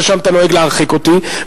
ששם אתה נוהג להרחיק אותי,